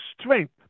strength